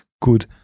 good